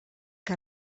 que